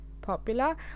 popular